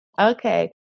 Okay